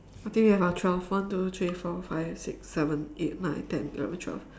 I think we have our twelve one two three four five six seven eight nine ten eleven twelve